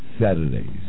Saturdays